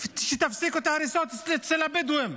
שתפסיקו את ההריסות אצל הבדואים.